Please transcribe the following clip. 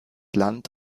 land